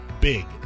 big